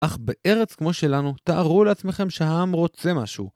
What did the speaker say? אך בארץ כמו שלנו, תארו לעצמכם שהעם רוצה משהו.